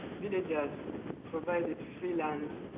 villagers provided freelance,